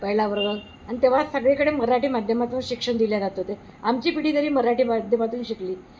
पहिला वर्ग आणि तेव्हा सगळीकडे मराठी माध्यमातून शिक्षण दिल्या जात होते आमची पिढी जरी मराठी माध्यमातून शिकली